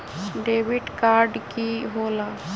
Debit card की होला?